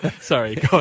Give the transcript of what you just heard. Sorry